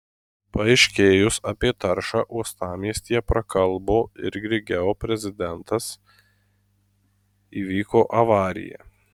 paaiškėjus apie taršą uostamiestyje prakalbo ir grigeo prezidentas įvyko avarija